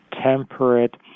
temperate